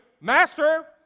Master